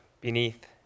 beneath